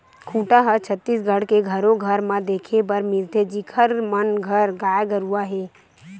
खूटा ह छत्तीसगढ़ के घरो घर म देखे बर मिलथे जिखर मन घर गाय गरुवा हे